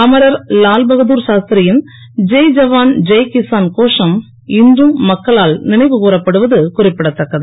அமரர் லால்பகதூர் சாஸ்திரியின் ஜெய் ஜவான் ஜெய் கிசான் கோஷம் இன்றும் மக்களால் நினைவு கூறப்படுவது குறிப்பிடதக்கது